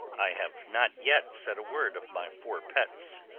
i have not yet said a word of my four pets,